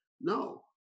no